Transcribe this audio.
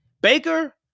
Baker